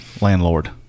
landlord